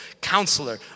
Counselor